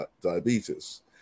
diabetes